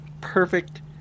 perfect